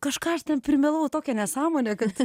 kažką aš ten primelavau tokią nesąmonę kad